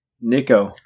Nico